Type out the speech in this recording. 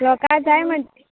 लोकां जाय म्हण